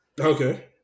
Okay